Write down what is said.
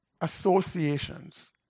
associations